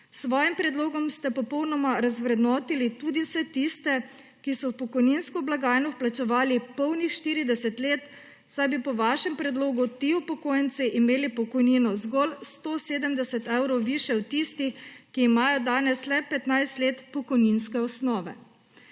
svojim predlogom ste popolnoma razvrednotili tudi vse tiste, ki so v pokojninsko blagajno vplačevali polnih 40 let, saj bi po vašem predlogu ti upokojenci imeli pokojnino zgolj 170 evrov višjo od tistih, ki imajo danes le 15 let pokojninske osnove.